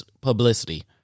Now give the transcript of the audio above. publicity